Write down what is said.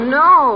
no